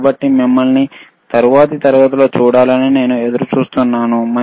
కాబట్టి మిమ్మల్ని తరువాతి తరగతిలో చూడాలని నేను ఎదురు చూస్తున్నాను